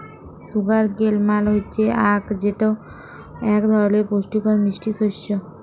sugar কেল মাল হচ্যে আখ যেটা এক ধরলের পুষ্টিকর মিষ্টি শস্য